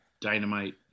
Dynamite